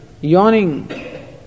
yawning